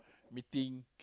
meeting